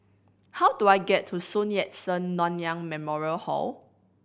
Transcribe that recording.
how do I get to Sun Yat Sen Nanyang Memorial Hall